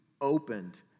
opened